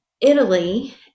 Italy